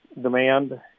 demand